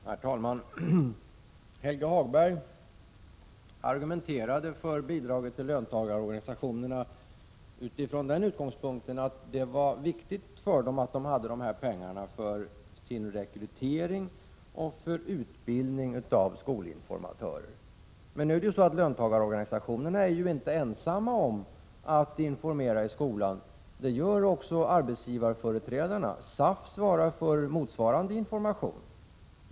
Herr talman! Helge Hagberg argumenterade för bidraget till löntagarorganisationerna från den utgångspunkten att det var viktigt för dem att ha dessa pengar för sin rekrytering och för utbildning av skolinformatörer. Men löntagarorganisationerna är ju inte ensamma om att informera i skolan — det gör också arbetsgivarföreträdarna; SAF svarar för motsvarande information.